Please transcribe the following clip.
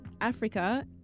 Africa